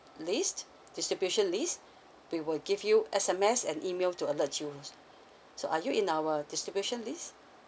list distribution list we will give you S_M_S and email to alert you s~ so are you in our distribution list